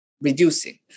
reducing